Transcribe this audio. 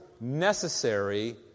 necessary